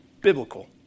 biblical